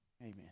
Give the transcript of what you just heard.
amen